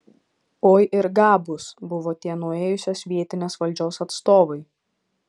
oi ir gabūs buvo tie nuėjusios vietinės valdžios atstovai